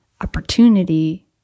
opportunity